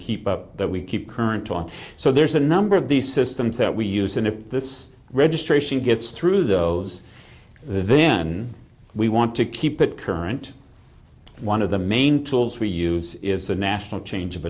keep that we keep current on so there's a number of these systems that we use and if this registration gets through those then we want to keep it current one of the main tools we use is the national change of